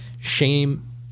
shame